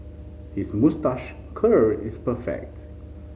his moustache curl is perfect